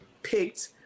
picked